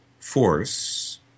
force